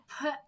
put